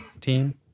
team